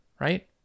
right